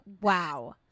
wow